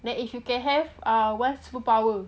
then if you can have uh one superpower